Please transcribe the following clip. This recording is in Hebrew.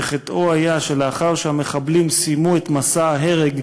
שחטאו היה שלאחר שהמחבלים סיימו את מסע ההרג,